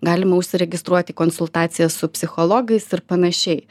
galima užsiregistruot į konsultacijas su psichologais ir panašiai